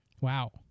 wow